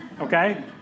Okay